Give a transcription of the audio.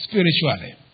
spiritually